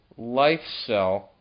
LifeCell